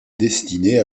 destinée